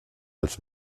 als